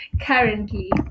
Currently